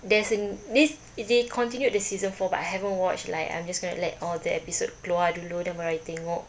there's in this if they continued the season four but haven't watched like I'm just going to let all the episodes keluar dulu then baru I tengok